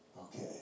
okay